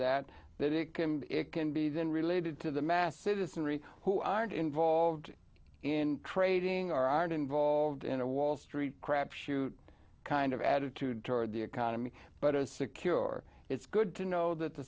that that it can it can be then related to the mass citizenry who aren't involved in trading or aren't involved in a wall street crapshoot kind of attitude toward the economy but a secure it's good to know that the